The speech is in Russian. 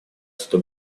что